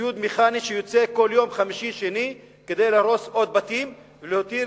ציוד מכני שיוצא כל שני וחמישי כדי להרוס עוד בתים ולהותיר